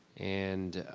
and